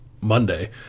Monday